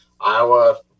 Iowa